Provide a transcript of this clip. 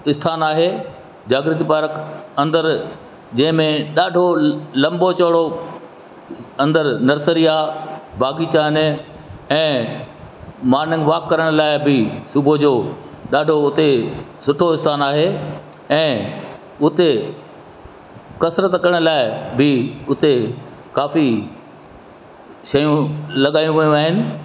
स्थान आहे जाग्रती पार्क अंदरि जंहिं में ॾाढो लंबो चौड़ो अंदरि नर्सरी आहे बागीचा आहिनि ऐं मार्निंग वॉक करण लाइ बि सुबुह जो ॾाढो हुते सुठो स्थान आहे ऐं उते कसरत करण लाइ बि उते काफ़ी शयूं लॻायूं वियूं आहिनि